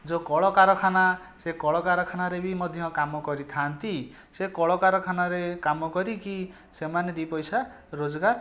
ଯେଉଁ କଳକାରଖାନା ସେ କଳକାରଖାନାରେ ବି ମଧ୍ୟ କାମ କରିଥାନ୍ତି ସେ କଳକାରଖାନାରେ କାମ କରିକି ସେମାନେ ଦିଇପଇସା ରୋଜଗାର